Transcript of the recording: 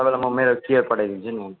तपाईँलाई म मेरो क्युआर पठाइदिन्छु